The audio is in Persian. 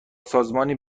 سازمانی